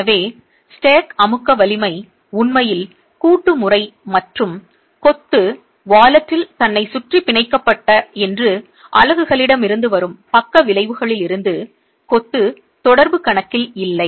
எனவே ஸ்டேக் அமுக்க வலிமை உண்மையில் கூட்டு முறை மற்றும் கொத்து பணப்பையில் தன்னை சுற்றி பிணைக்கப்பட்ட என்று அலகுகளிடம் இருந்து வரும் பக்க விளைவுகள் இருந்து கொத்து தொடர்பு கணக்கில் இல்லை